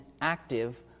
active